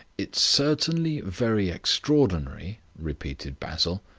it's certainly very extraordinary, repeated basil.